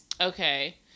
Okay